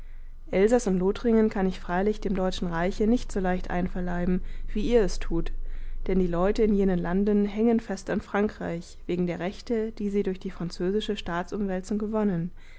elsaß und lothringen kann ich freilich dem deutschen reiche nicht so leicht einverleiben wie ihr es tut denn die leute in jenen landen hängen fest an frankreich wegen der rechte die sie durch die französische staatsumwälzung gewonnen